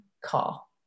call